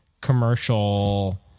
commercial